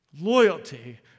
Loyalty